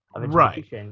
Right